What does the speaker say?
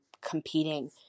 competing